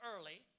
early